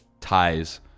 ties